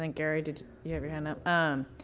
and gary, did you have your hand up? um